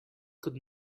could